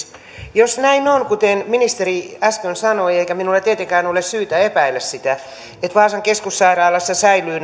jos näin on kuten ministeri äsken sanoi eikä minulla tietenkään ole syytä epäillä sitä että vaasan keskussairaalassa säilyvät